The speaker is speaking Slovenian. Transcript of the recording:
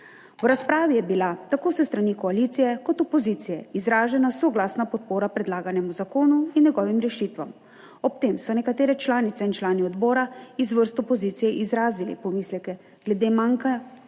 V razpravi je bila tako s strani koalicije kot opozicije izražena soglasna podpora predlaganemu zakonu in njegovim rešitvam. Ob tem so nekateri članice in člani odbora iz vrst opozicije izrazili pomisleke glede manka